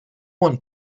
want